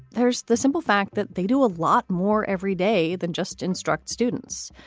there's the simple fact that they do a lot more every day than just instruct students,